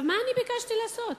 מה ביקשתי לעשות?